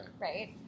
Right